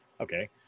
okay